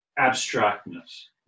abstractness